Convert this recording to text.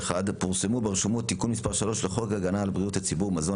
פורסם ברשומות תיקון מס' 3 לחוק הגנה על בריאות הציבור (מזון),